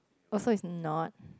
oh so it's not